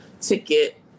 ticket